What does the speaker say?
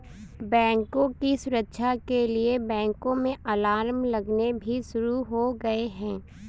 बैंकों की सुरक्षा के लिए बैंकों में अलार्म लगने भी शुरू हो गए हैं